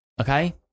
okay